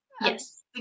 Yes